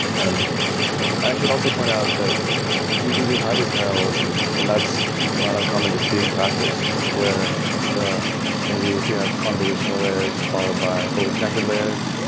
and i should also point out that you can do hybrid parallelism, and that's not uncommon to see in practice where maybe if you have convolution layers followed by fully connected layers,